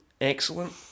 Excellent